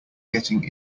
getting